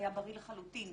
היה בריא לחלוטין.